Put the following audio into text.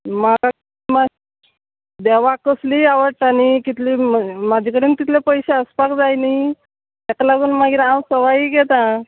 म्हाका देवाक कसलीय आवडटा न्ही कितली म्हाजे कडेन तितले पयशे आसपाक जाय न्ही तेका लागून मागीर हांव सवाय घेता